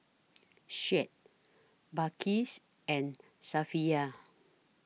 Syed Balqis and Safiya